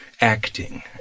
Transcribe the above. acting